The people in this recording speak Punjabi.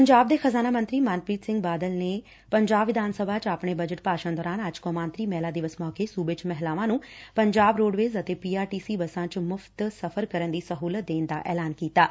ਪੰਜਾਬ ਦੇ ਖਜ਼ਾਨਾ ਮੰਤਰੀ ਮਨਪ੍ਰੀਤ ਸਿੰਘ ਬਾਦਲ ਨੇ ਪੰਜਾਬ ਵਿਧਾਨ ਸਭਾ ਚ ਆਪਣੇ ਬਜਟ ਭਾਸ਼ਣ ਦੌਰਾਨ ਅੱਜ ਕੌਮਾਂਤਰੀ ਮਹਿਲਾ ਦਿਵਸ ਮੌਕੇ ਸੁਬੇ ਚ ਮਹਿਲਾਵਾ ਨੰ ਪੰਜਾਬ ਰੋਡਵੇਜ ਅਤੇ ਪੀ ਆਰ ਟੀ ਸੀ ਬੱਸਾ ਚ ਮੁਫ਼ਤ ਸਫ਼ਰ ਕਰਨ ਦੀ ਸਹੁਲਤ ਦੇਣ ਦਾ ਐਲਾਨ ਕੀਤੈ